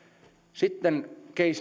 sitten